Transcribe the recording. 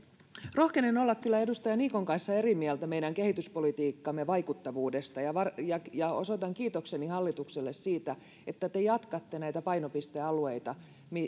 rohkenen olla kyllä edustaja niikon kanssa eri mieltä meidän kehityspolitiikkamme vaikuttavuudesta ja osoitan kiitokseni hallitukselle siitä että te jatkatte näitä painopistealueita